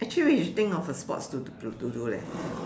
actually you should think of a sports to do to to do leh